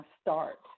start